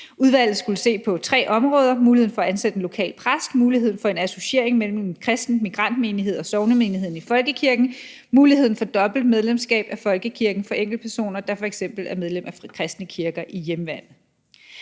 Udvalget skulle se på tre områder: muligheden for at ansætte en lokal præst, muligheden for en associering mellem en kristen migrantmenighed og sognemenigheden i folkekirken, muligheden for dobbelt medlemskab af folkekirken for enkeltpersoner, der f.eks. er medlem af kristne kirker i hjemlandet.